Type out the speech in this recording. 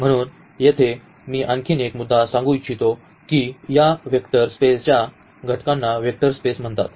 म्हणून येथे मी आणखी एक मुद्दा सांगू इच्छितो की या वेक्टर स्पेस V च्या घटकांना वेक्टर म्हणतात